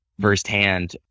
firsthand